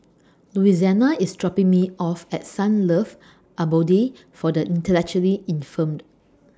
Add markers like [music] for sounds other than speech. Louisiana IS dropping Me off At Sunlove Abode For The Intellectually Infirmed [noise]